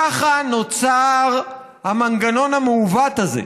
ככה נוצר המנגנון המעוות הזה,